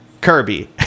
Kirby